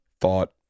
thought